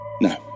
No